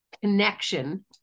connection